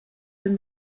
than